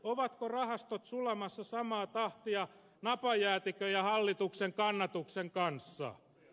ovatko rahastot sulamassa samaa tahtia napajäätikön ja hallituksen kannatuksen kanssa